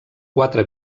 quatre